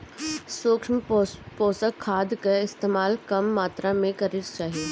सूक्ष्म पोषक खाद कअ इस्तेमाल कम मात्रा में करे के चाही